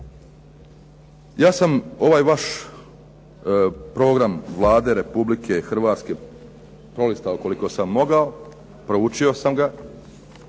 Ja sam ovaj vaš program Vlade Republike Hrvatske prolistao koliko sam mogao, proučio sam ga